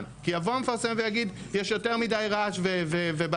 כי יבוא המפרסם ויגיד: יש יותר מדי רעש ובלגן.